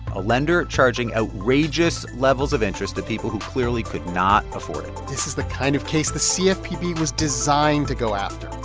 a lender charging outrageous levels of interest to people who clearly could not afford it this is the kind of case the cfpb was designed to go after,